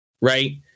Right